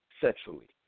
sexually